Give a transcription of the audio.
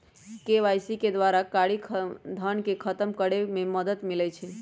KYC के द्वारा कारी धन के खतम करए में मदद मिलइ छै